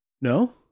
No